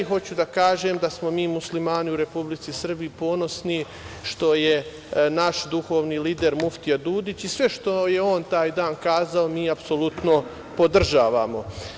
Hoću da kažem da smo mi muslimani u Republici Srbiji ponosni što je naš duhovni lider, muftija Dudić i sve što je on taj dan kazao, mi apsolutno podržavamo.